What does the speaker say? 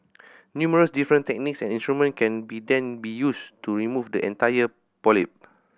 numerous different techniques and instruments can be then be used to remove the entire polyp